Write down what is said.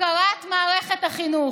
הפקרת מערכת החינוך.